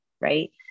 Right